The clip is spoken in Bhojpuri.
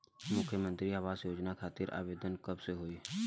मुख्यमंत्री आवास योजना खातिर आवेदन कब से होई?